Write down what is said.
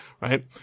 right